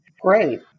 Great